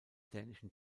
dänischen